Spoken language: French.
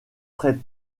très